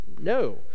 No